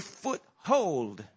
foothold